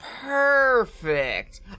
perfect